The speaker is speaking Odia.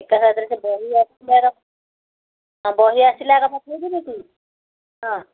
ଏକାଥରେ ସେ ବହି ଆସିବାର ବହି ଆସିଲା କଥା କେଉଁଦିନଠୁ ହଁ